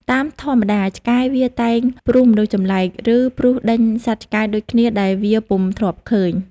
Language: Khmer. តាមធម្មតា ឆ្កែវាតែងព្រុះមនុស្សចម្លែក ឬព្រុះដេញសត្វឆ្កែដូចគ្នាដែលវាពុំធ្លាប់ឃើញ។